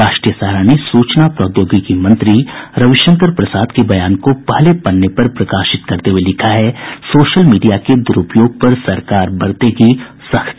राष्ट्रीय सहारा ने सूचना प्राद्योगिकी मंत्री रविशंकर प्रसाद के बयान को पहले पन्ने पर प्रकाशित करते हुये लिखा है सोशल मीडिया के दुरूपयोग पर सरकार बरतेगी सख्ती